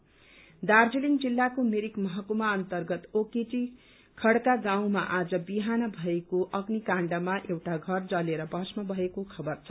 fire Mirik Darjeeling जिल्लाको मिरिक महकुमा अन्तर्गत ओकेटी खड़का गाउँमा आज बिहान भएको अग्नि काण्डमा एउटा घर जलेर भष्म भएको खबर छ